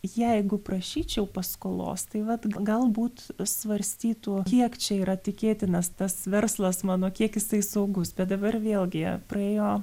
jeigu prašyčiau paskolos tai vat galbūt svarstytų kiek čia yra tikėtinas tas verslas mano kiek jisai saugus bet dabar vėlgi praėjo